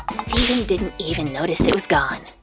steven didn't even notice it was gone.